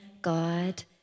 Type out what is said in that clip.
God